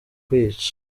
kwica